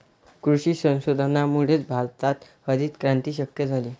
कृषी संशोधनामुळेच भारतात हरितक्रांती शक्य झाली